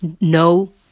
no